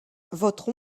votre